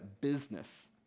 business